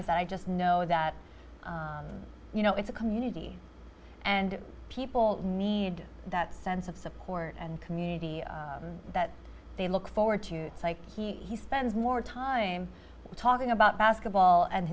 is that i just know that you know it's a community and people need that sense of support and community that they look forward to like he he spends more time talking about basketball and